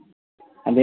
एखन कियै कि